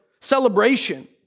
celebration